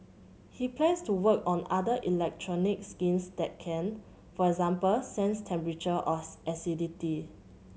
he plans to work on other electronic skins that can for example sense temperature or acidity